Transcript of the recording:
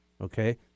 Okay